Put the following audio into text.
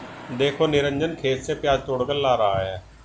देखो निरंजन खेत से प्याज तोड़कर ला रहा है